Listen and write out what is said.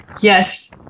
yes